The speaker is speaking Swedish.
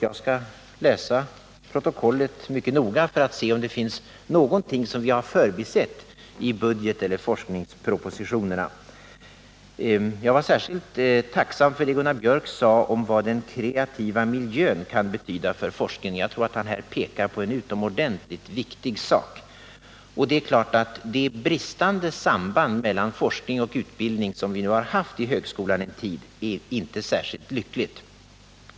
Jag skall läsa protokollet mycket noga för att se om det är något som jag förbisett i budgeteller forskningspropositionerna. Jag var särskilt tacksam för det Gunnar Biörck sade om vad den kreativa miljön kan betyda för forskningen. Jag tror att han här pekar på en utomordentligt viktig sak. Det är klart att det bristande samband mellan forskning och utbildning som vi nu har haft i högskolan en tid inte är särskilt lyckligt.